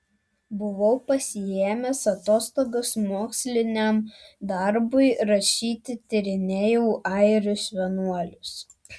buvau pasiėmęs atostogas moksliniam darbui rašyti tyrinėjau airius vienuolius